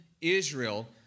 Israel